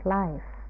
life